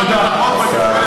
תודה, אדוני השר.